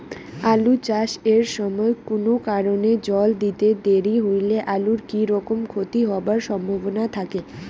আলু চাষ এর সময় কুনো কারণে জল দিতে দেরি হইলে আলুর কি রকম ক্ষতি হবার সম্ভবনা থাকে?